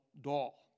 doll